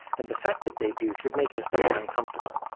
and the fact that they do should make us very uncomfortable.